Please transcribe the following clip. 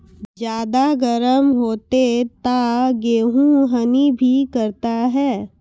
ज्यादा गर्म होते ता गेहूँ हनी भी करता है?